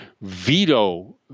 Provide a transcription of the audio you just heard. veto